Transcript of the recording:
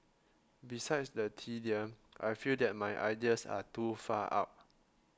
besides the tedium I feel that my ideas are too far out